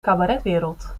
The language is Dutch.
cabaretwereld